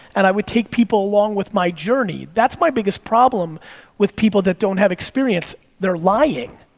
and i would take people along with my journey, that's my biggest problem with people that don't have experience, they're lying.